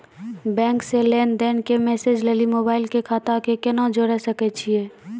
Bank से लेंन देंन के मैसेज लेली मोबाइल के खाता के केना जोड़े सकय छियै?